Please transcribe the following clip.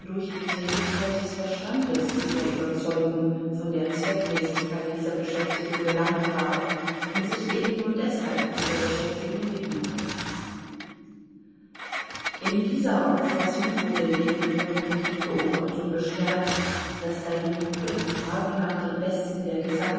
durch die tätigkeit des verstandes zu der überzeugung von der zweckmäßigkeit dieser beschäftigung gelangt war und sich eben nur deshalb dieser beschäftigung widmete in dieser auffassung wurde ljewin noch durch die beobachtung bestärkt daß seinem bruder die fragen nach dem besten der